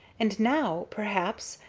and now, perhaps,